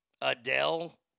Adele